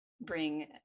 bring